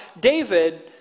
David